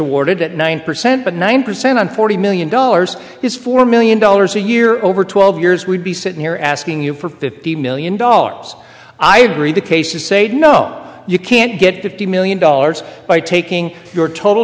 awarded at nine percent but nine percent on forty million dollars is four million dollars a year over twelve years we'd be sitting here asking you for fifty million dollars i agree the cases say you know you can't get fifty million dollars by taking your total